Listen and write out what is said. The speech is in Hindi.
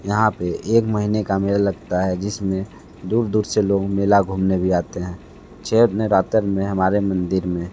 यहाँ पर एक महीने का मेला लगता है जिस में दूर दूर से लोग मेला घूमने भी आते हैं चैत्य नवरातन में हमारे मंदिर में